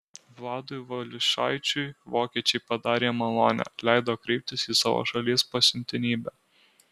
vladui valiušaičiui vokiečiai padarė malonę leido kreiptis į savo šalies pasiuntinybę